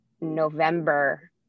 November